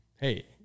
hey